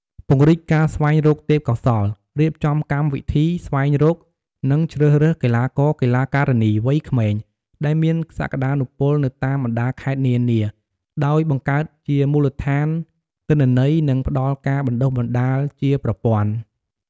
ពង្រីកការស្វែងរកទេពកោសល្យ រៀបចំកម្មវិធីស្វែងរក និងជ្រើសរើសកីឡាករ-កីឡាការិនីវ័យក្មេងដែលមានសក្តានុពលពីតាមបណ្ដាខេត្តនានា ដោយបង្កើតជាមូលដ្ឋានទិន្នន័យ និងផ្តល់ការបណ្តុះបណ្តាលជាប្រព័ន្ធ។